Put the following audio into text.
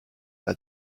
that